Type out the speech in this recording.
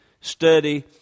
study